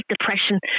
depression